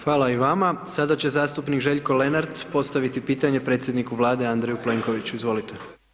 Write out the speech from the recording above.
Hvala i vama, sada će zastupnik Željko Lenart postaviti pitanje predsjedniku Vlade Andreju Plenkoviću, izvolite.